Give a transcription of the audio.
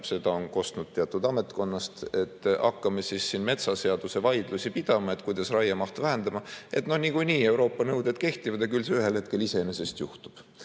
seda on kostnud teatud ametkonnast – siin metsaseaduse vaidlusi pidama selle üle, kuidas raiemahtu vähendada, no niikuinii Euroopa nõuded kehtivad ja küll see ühel hetkel iseenesest juhtub.